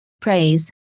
praise